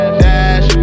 dash